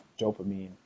dopamine